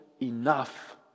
enough